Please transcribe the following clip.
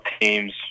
teams